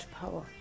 power